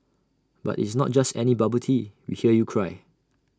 but it's not just any bubble tea we hear you cry